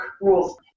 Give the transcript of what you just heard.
rules